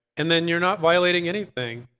and then you're not violating anything,